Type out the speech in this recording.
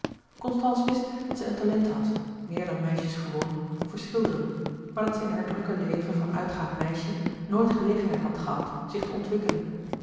constance wist dat zij een talent had meer dan meisjes gewoon voor schilderen maar dat zij in haar drukke leven van uitgaand meisje nooit gelegenheid had gehad zich te ontwikkelen